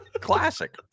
Classic